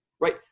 right